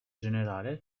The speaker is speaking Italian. generale